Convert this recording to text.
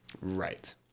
Right